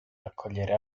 raccogliere